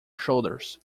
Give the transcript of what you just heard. shoulders